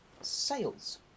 sales